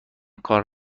کار